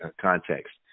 context